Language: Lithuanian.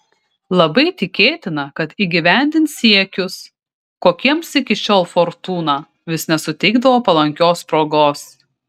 labai tikėtina kad įgyvendins siekius kokiems iki šiol fortūna vis nesuteikdavo palankios progos